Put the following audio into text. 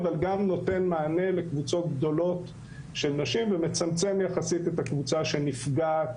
אבל גם נותן מענה לקבוצות גדולות של נשים ומצמצם יחסית את הקבוצה שנפגעת